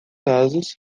casos